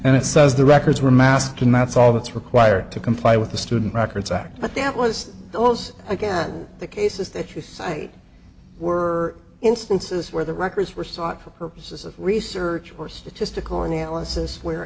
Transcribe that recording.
and it says the records were masked and that's all that's required to comply with the student records act but that was those again the cases that you cite were instances where the records were sought for purposes of research or statistical analysis where